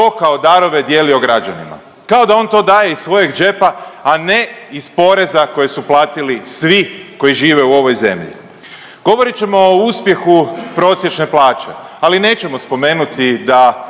to kao darove dijelio građanima, kao da on to daje iz svojeg džepa, a ne iz poreza koje su platili svi koji žive u ovoj zemlji. Govorit ćemo o uspjehu prosječne plaće, ali nećemo spomenuti da